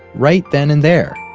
right then and there.